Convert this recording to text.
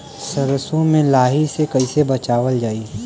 सरसो में लाही से कईसे बचावल जाई?